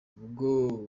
ubwo